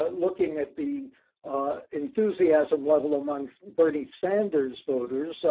looking at the enthusiasm level amongst bernie sanders voters, so